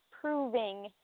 proving